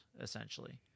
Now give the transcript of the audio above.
essentially